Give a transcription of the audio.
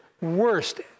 Worst